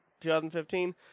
2015